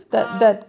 um